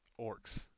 Orcs